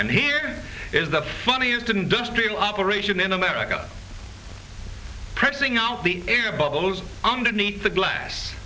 and here is the funniest industrial operation in america pressing out the air bubbles underneath the glass